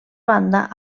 banda